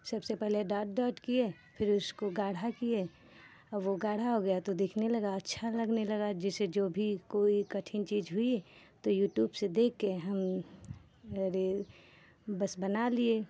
सबसे पहले dot dot किए फिर उसको गाढ़ा किए और वो गाढ़ा हो गया तो दिखने लगा अच्छा लगने लगा जैसे जो भी कोई कठिन चीज़ हुई तो यूट्यूब से देख के हम और वो बस बना लिए